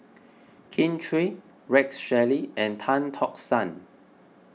Kin Chui Rex Shelley and Tan Tock San